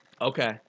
Okay